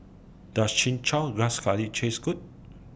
Does Chin Chow Grass Curry Taste Good